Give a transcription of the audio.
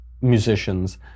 musicians